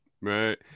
right